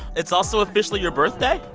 it's also officially your birthday?